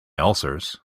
ulcers